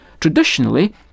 Traditionally